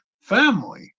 family